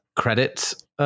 credits